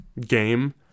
game